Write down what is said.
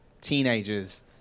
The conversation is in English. teenagers